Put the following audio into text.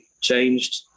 changed